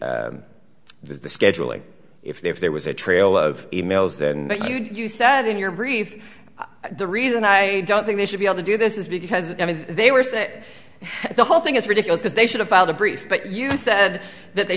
the the scheduling if there was a trail of e mails then you said in your brief the reason i don't think they should be able to do this is because i mean they were say the whole thing is ridiculous that they should have filed a brief but you said that they